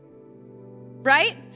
Right